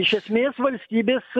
iš esmės valstybės